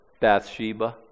Bathsheba